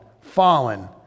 Fallen